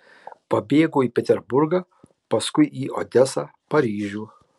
pabėgo į peterburgą paskui į odesą paryžių